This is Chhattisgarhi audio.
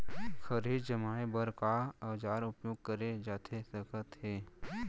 खरही जमाए बर का औजार उपयोग करे जाथे सकत हे?